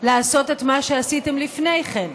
לעשות את מה שעשיתם לפני כן.